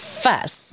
fuss